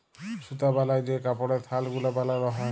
সুতা বালায় যে কাপড়ের থাল গুলা বালাল হ্যয়